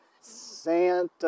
Santa